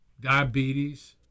diabetes